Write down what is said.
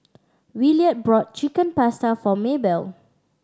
Williard brought Chicken Pasta for Maebell